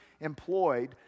employed